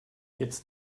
jetzt